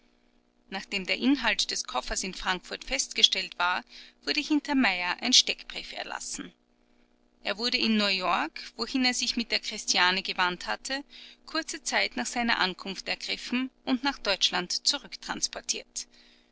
nachdem der inhalt des koffers in frankfurt festgestellt war wurde hinter meyer ein steckbrief erlassen er wurde in neuyork wohin er sich mit der christiani gewandt hatte kurze zeit nach seiner ankunft ergriffen und nach deutschland zurücktransportiert